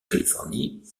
californie